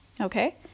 okay